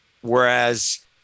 Whereas